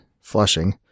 Flushing